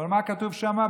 אבל מה כתוב שם?